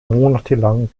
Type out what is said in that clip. monatelang